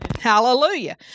Hallelujah